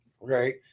right